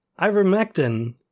ivermectin